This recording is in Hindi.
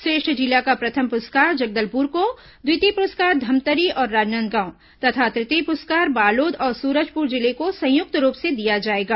श्रेष्ठ जिला का प्रथम पुरस्कार जगदलपुर को द्वितीय पुरस्कार धमतरी और राजनांदगांव तथा तृतीय पुरस्कार बालोद और सूरजपुर जिले को संयुक्त रूप से दिया जाएगा